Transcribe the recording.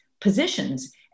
positions